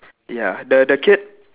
ya the the kid